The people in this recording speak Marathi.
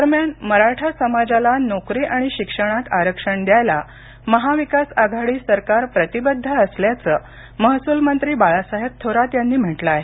दरम्यान मराठा समाजाला नोकरी आणि शिक्षणात आरक्षण द्यायला महाविकास आघाडी सरकार प्रतिबद्ध असल्याचं महसूल मंत्री बाळासाहेब थोरात यांनी म्हटलं आहे